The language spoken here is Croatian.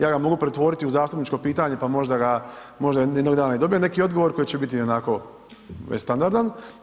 Ja ga mogu pretvoriti u zastupničko pitanje pa možda ga, možda jednog dana i dobijem neki odgovor koji će biti ionako već standardan.